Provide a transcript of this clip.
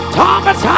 Thomas